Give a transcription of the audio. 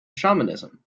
shamanism